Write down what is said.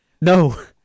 no